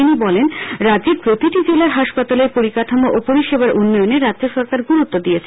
তিনি বলেন রাজ্যের প্রতিটি জেলার হাসপাতালের পরিকাঠামো ও পরিষেবার উন্নয়নে রাজ্য সরকার গুরুত্ব দিয়েছে